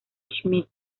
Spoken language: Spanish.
schmidt